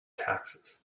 taxes